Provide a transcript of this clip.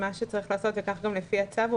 מה שצריך לעשות כך גם לפי הצו הוא